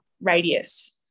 radius